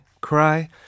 Cry